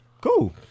Cool